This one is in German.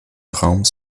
raums